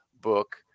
book